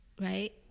Right